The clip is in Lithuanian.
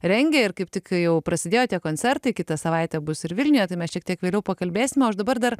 rengia ir kaip tik jau prasidėjo tie koncertai kitą savaitę bus ir vilniuje tai mes šiek tiek vėliau pakalbėsime aš dabar dar